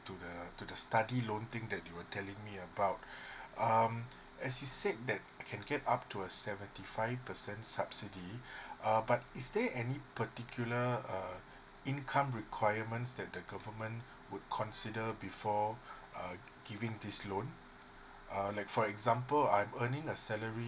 to the to the study loan thing that you were telling me about um as you said that I can get up to a seventy five percent subsidy uh but is there any particular err income requirements that the government would consider before uh giving this loan err like for example I'm earning a salary